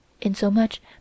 insomuch